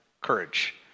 courage